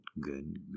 good